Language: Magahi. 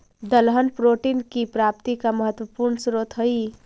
दलहन प्रोटीन की प्राप्ति का महत्वपूर्ण स्रोत हई